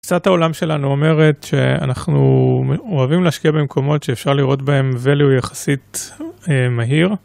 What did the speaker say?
תפיסת העולם שלנו אומרת שאנחנו אוהבים להשקיע במקומות שאפשר לראות בהם value יחסית מהיר.